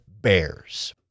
Bears